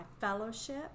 fellowship